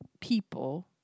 people